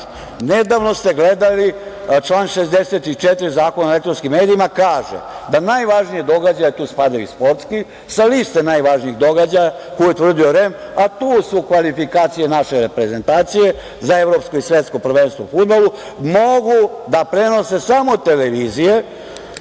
radi. Nedavno ste gledali član 64. Zakona o elektronskim medijima kaže – da najvažnije događaje, a tu spadaju i sportski, sa liste najvažnijih događaja koje je utvrdio REM, a tu su kvalifikacije naše reprezentacije za Evropsko i Svetsko prvenstvo u fudbalu, mogu da prenose samo televizije,